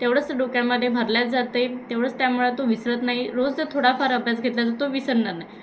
तेवढंच डोक्यामध्ये भरल्या जाते तेवढंच त्यामुळं तो विसरत नाही रोज ज थोडाफार अभ्यास घेतला तर तो विसरणार नाही